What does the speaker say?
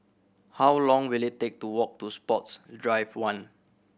how long will it take to walk to Sports Drive One